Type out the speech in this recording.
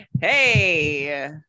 hey